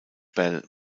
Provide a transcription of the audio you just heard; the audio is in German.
bell